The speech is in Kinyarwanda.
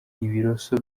ibiroso